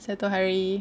satu hari